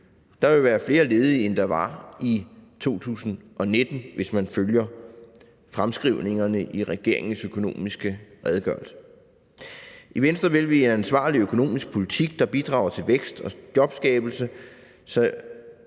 2025 vil være flere ledige, end der var i 2019, hvis man følger fremskrivningerne i regeringens økonomiske redegørelse. I Venstre vil vi have en ansvarlig økonomisk politik, der bidrager til vækst og jobskabelse,